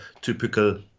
typical